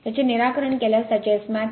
याचे निराकरण केल्यास त्याचे Smax0